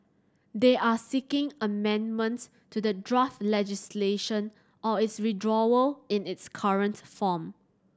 they are seeking amendments to the draft legislation or its withdrawal in its current form